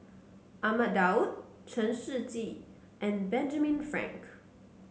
Ahmad Daud Chen Shiji and Benjamin Frank